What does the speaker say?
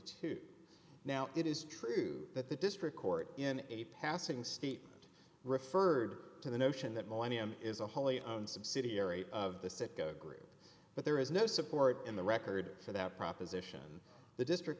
two now it is true that the district court in a passing statement referred to the notion that millennium is a wholly owned subsidiary of the citgo group but there is no support in the record for that proposition the district